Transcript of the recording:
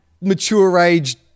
mature-age